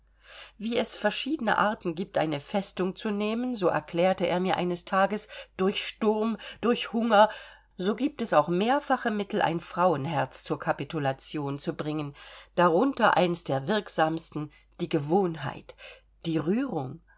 wie es verschiedene arten gibt eine festung zu nehmen so erklärte er mir eines tages durch sturm durch hunger so gibt es auch mehrfache mittel ein frauenherz zur kapitulation zu bringen darunter eins der wirksamsten die gewohnheit die rührung